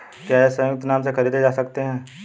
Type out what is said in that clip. क्या ये संयुक्त नाम से खरीदे जा सकते हैं?